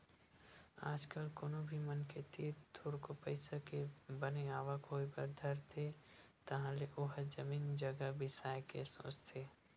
आज कल कोनो भी मनखे तीर थोरको पइसा के बने आवक होय बर धरथे तहाले ओहा जमीन जघा बिसाय के सोचथे